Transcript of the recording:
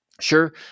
Sure